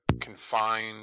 confined